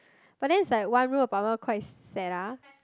but then is like one room apartment quite sad ah